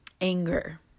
anger